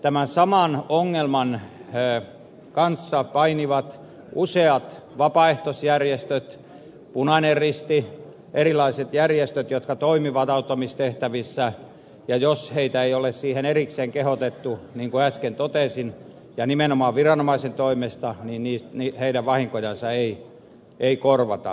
tämän saman ongelman kanssa painivat useat vapaaehtoisjärjestöt punainen risti erilaiset järjestöt jotka toimivat auttamistehtävissä ja jos niitä ihmisiä ei ole siihen erikseen kehotettu niin kuin äsken totesin ja nimenomaan viranomaisen toimesta niin heidän vahinkojansa ei korvata